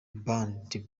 band